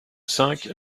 cinq